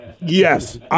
Yes